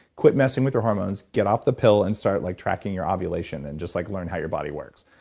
quit messing with your hormones. get off the pill and start like tracking your ovulation. and just like learn how your body works.